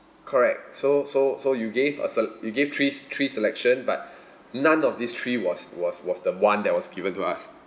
correct so so so you gave us sel~ you gave three three selection but none of these three was was was the [one] that was given to us